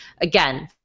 Again